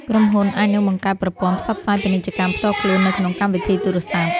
ក្រុមហ៊ុនអាចនឹងបង្កើតប្រព័ន្ធផ្សព្វផ្សាយពាណិជ្ជកម្មផ្ទាល់ខ្លួននៅក្នុងកម្មវិធីទូរសព្ទ។